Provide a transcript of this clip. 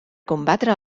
combatre